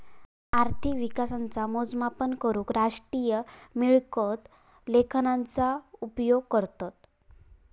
अर्थिक विकासाचा मोजमाप करूक राष्ट्रीय मिळकत लेखांकनाचा उपयोग करतत